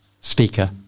speaker